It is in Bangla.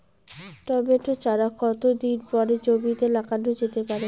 টমেটো চারা কতো দিন পরে জমিতে লাগানো যেতে পারে?